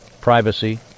Privacy